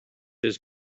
his